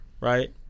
right